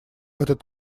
этот